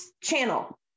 channel